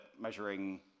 measuring